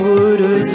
Guru